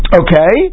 okay